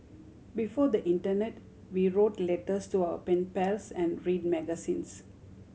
before the internet we wrote letters to our pen pals and read magazines